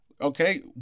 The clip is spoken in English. Okay